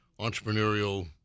entrepreneurial